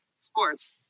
sports